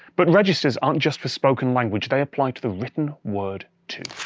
but registers aren't just for spoken language they apply to the written word too.